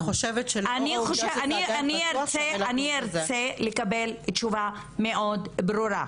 אני ארצה לקבל תשובה מאוד ברורה,